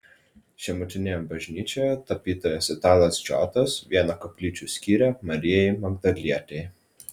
žemutinėje bažnyčioje tapytojas italas džotas vieną koplyčių skyrė marijai magdalietei